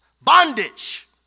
bondage